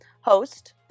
host